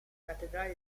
cattedrale